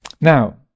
Now